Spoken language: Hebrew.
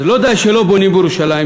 אז לא די שלא בונים בירושלים,